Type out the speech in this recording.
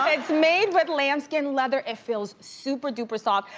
ah it's made with lamb skin leather, it feels super duper soft.